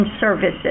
services